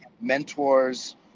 mentors